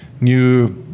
new